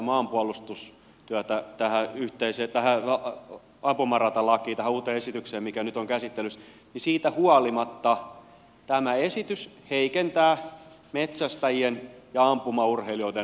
vaikka nyt ei yhdistettäisikään maanpuolustustyötä tähän uuteen ampumaratalakiesitykseen mikä nyt on käsittelyssä niin siitä huolimatta tämä esitys heikentää metsästäjien ja ampumaurheilijoiden harrastusmahdollisuuksia